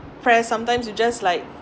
where sometimes you just like